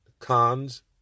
Cons